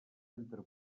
entre